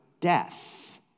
death